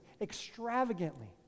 extravagantly